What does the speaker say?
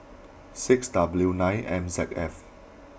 six W nine M Z F